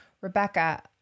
Rebecca